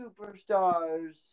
superstars